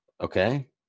Okay